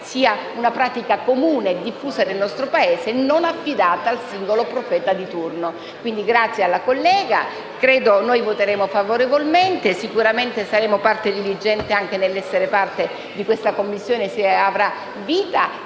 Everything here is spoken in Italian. la buona pratica sia comune e diffusa in tutto il Paese e non affidata al singolo profeta di turno. Ringrazio quindi la collega. Noi voteremo favorevolmente. Sicuramente saremo parte diligente anche nell'essere parte di questa Commissione, se avrà vita,